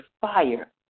fire